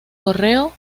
correo